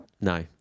No